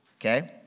okay